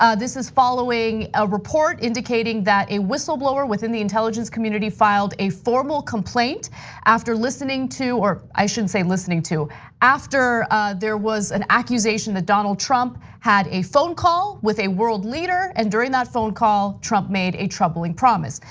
ah this is following a report indicating that a whistleblower within the intelligence community filed a formal complaint after listening to, i should say listening to after there was an accusation that donald trump had a phone call with a world leader and during that phone call, trump made a troubling promise.